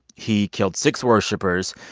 he killed six worshippers,